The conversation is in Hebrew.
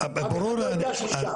אף אחד לא ייגש לשם.